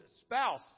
spouse